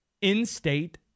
in-state